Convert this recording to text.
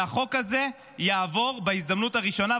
והחוק הזה יעבור בהזדמנות הראשונה,